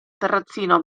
terrazzino